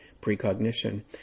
Precognition